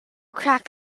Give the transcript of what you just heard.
crack